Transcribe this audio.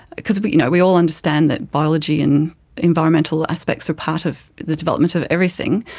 because we you know we all understand that biology and environmental aspects are part of the development of everything.